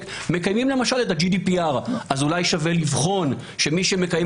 מקיימים למשל את ה- GDPR אז אולי שווה לבחון שמי שמקיים